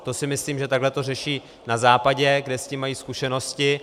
To si myslím, že takhle to řeší na Západě, kde s tím mají zkušenosti.